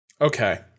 okay